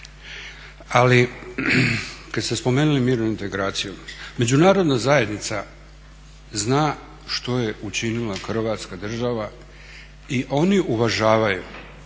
Ali kada ste spomenuli mirnu reintegraciju, međunarodna zajednica zna što je učinila Hrvatska država i oni uvažavaju